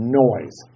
noise